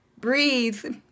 Breathe